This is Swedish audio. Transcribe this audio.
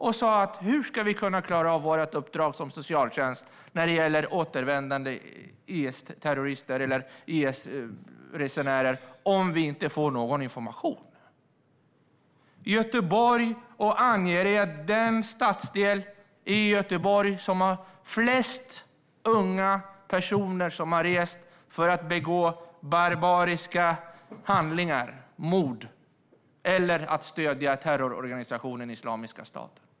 Hon sa: Hur ska vi på socialtjänsten klara vårt uppdrag när det gäller återvändande IS-terrorister eller IS-resenärer om vi inte får någon information? Det är från stadsdelen Angered i Göteborg som flest unga personer har rest för att begå barbariska handlingar och mord eller för att stödja terrororganisationen Islamiska staten.